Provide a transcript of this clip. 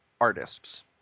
artists